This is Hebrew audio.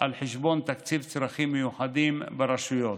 על חשבון תקציב צרכים מיוחדים ברשויות.